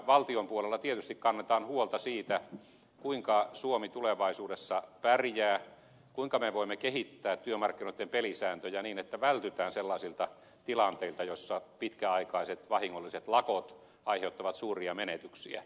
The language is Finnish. valtion puolella tietysti kannetaan huolta siitä kuinka suomi tulevaisuudessa pärjää kuinka me voimme kehittää työmarkkinoitten pelisääntöjä niin että vältytään sellaisilta tilanteilta joissa pitkäaikaiset vahingolliset lakot aiheuttavat suuria menetyksiä